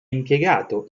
impiegato